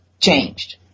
changed